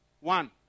One